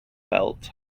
belt